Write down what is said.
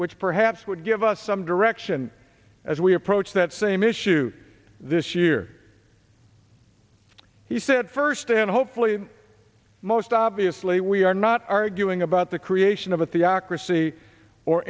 which perhaps would give us some direction as we approach that same issue this year he said first and hopefully most obviously we are not arguing about the creation of a theocracy or